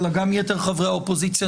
אלא גם יתר חברי האופוזיציה,